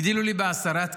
הגדילו לי בעשרה תקנים,